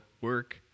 work